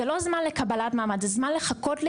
זו לא המתנה לקבלת מעמד זו המתנה לשימוע,